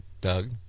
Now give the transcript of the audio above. Doug